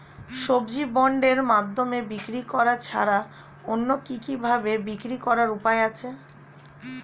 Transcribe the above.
সবজি বন্ডের মাধ্যমে বিক্রি করা ছাড়া অন্য কি কি ভাবে বিক্রি করার উপায় আছে?